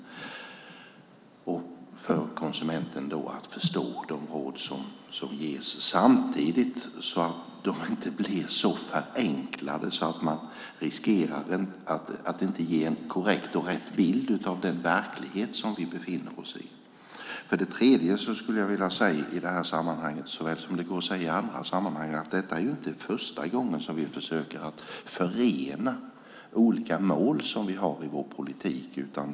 Det handlar om att konsumenten ska förstå de råd som ges samtidigt som de inte får bli så förenklade att man riskerar att de inte ger en korrekt bild av den verklighet som vi befinner oss i. För det tredje skulle jag i det här sammanhanget vilja säga, såväl som det går att säga i andra sammanhang, att det inte är första gången som vi försöker att förena olika mål som vi har i vår politik.